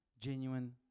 genuine